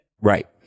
Right